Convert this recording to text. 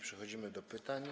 Przechodzimy do pytań.